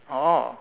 oh